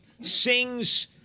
sings